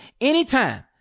anytime